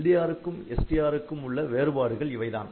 LDRக்கும் STRக்கும் உள்ள வேறுபாடுகள் இவைதான்